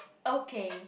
okay